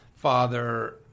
Father